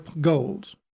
goals